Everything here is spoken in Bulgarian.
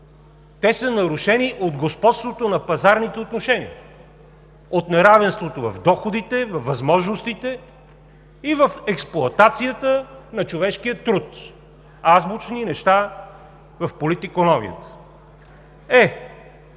Те са нарушени от господството на пазарните отношения, от неравенството в доходите, във възможностите и в експлоатацията на човешкия труд – азбучни неща в политикономията. Е,